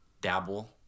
dabble